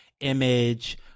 image